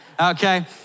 Okay